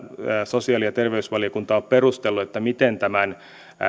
sosiaali ja terveysvaliokunta ei mitenkään ole lakiesityksestä perustellut miten tämän